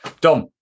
Dom